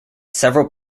several